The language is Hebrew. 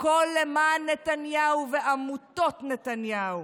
הכול למען נתניהו ועמותות נתניהו.